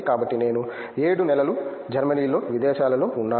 కాబట్టి నేను 7 నెలలు జర్మనీలో విదేశాలలో ఉన్నాను